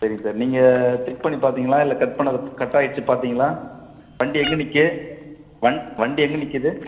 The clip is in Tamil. சரிங்க சார் நீங்கள் செக் பண்ணி பார்த்தீங்களா இல்லை கட் பண்ணதைக் இல்லை கட்டாகிடிச்சி பார்த்தீங்களா வண்டி எங்கே நிற்க வண் வண்டி எங்கே நிற்கிது